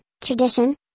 tradition